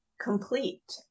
complete